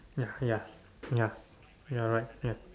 ya ya ya you are right ya